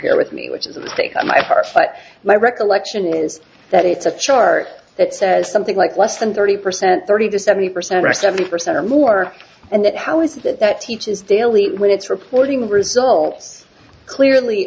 here with me which is my heart but my recollection is that it's a chart that's says something like less than thirty percent thirty to seventy percent are seventy percent or more and that how is it that teaches daily when it's reporting the results clearly